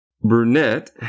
Brunette